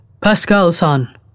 Pascal-san